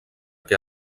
que